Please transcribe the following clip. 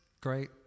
Great